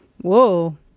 Whoa